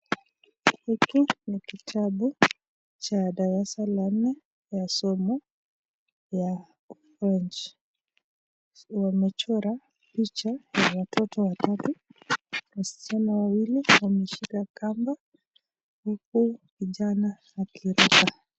Hiki ni kitabu cha darasa la nne ya somo ya french . Wameweza kuchora picha ya watoto watatu, wasichana wawili wameshika kamba huku kijana akiruka.